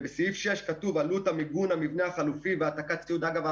בסעיף 6 כתוב: עלות מיגון המבנה החלופי והעתקת ציוד אגב,